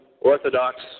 Orthodox